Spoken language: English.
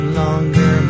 longer